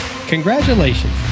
congratulations